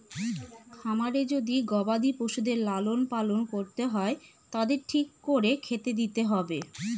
খামারে যদি গবাদি পশুদের লালন পালন করতে হয় তাদের ঠিক করে খেতে দিতে হবে